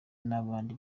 n’abandi